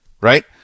Right